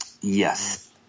Yes